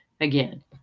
Again